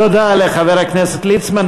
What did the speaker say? תודה לחבר הכנסת ליצמן.